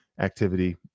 Activity